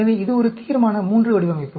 எனவே இது ஒரு தீர்மான III வடிவமைப்பு